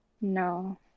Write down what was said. No